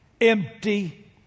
empty